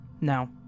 Now